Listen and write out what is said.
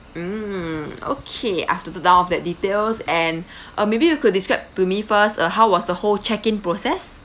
mm okay I've noted down all that details and uh maybe you could describe to me first uh how was the whole check-in process